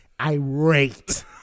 irate